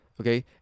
okay